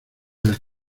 del